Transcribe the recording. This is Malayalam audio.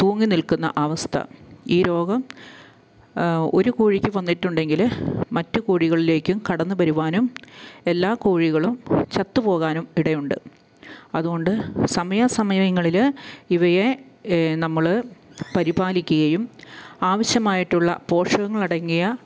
തൂങ്ങിനിൽക്കുന്ന അവസ്ഥ ഈ രോഗം ഒരു കോഴിക്ക് വന്നിട്ടുണ്ടെങ്കില് മറ്റു കോഴികളിലേക്കും കടന്നുവരുവാനും എല്ലാ കോഴികളും ചത്തുപോകാനും ഇടയുണ്ട് അതുകൊണ്ട് സമയാസമയങ്ങളില് ഇവയെ നമ്മള് പരിപാലിക്കുകയും ആവശ്യമായിട്ടുള്ള പോഷകങ്ങളടങ്ങിയ